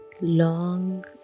long